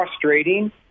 frustrating